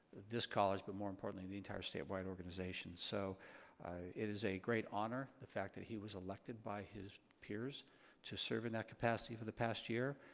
this college but, more importantly, the entire statewide organization. so it is a great honor, the fact that he was elected by his peers to serve in that capacity for the past year.